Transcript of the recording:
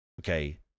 Okay